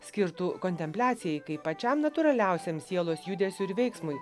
skirtu kontempliacijai kaip pačiam natūraliausiam sielos judesiui ir veiksmui